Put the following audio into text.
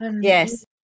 Yes